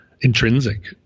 intrinsic